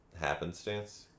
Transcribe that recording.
happenstance